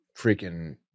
freaking